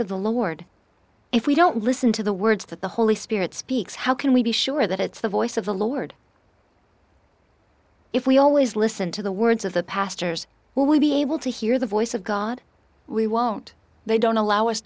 of the lord if we don't listen to the words that the holy spirit speaks how can we be sure that it's the voice of the lord if we always listen to the words of the pastors will we be able to hear the voice of god we won't they don't allow us